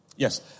Yes